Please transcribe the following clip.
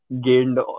gained